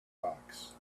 box